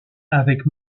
avec